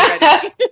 ready